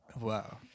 Wow